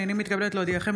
הינני מתכבדת להודיעכם,